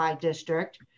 district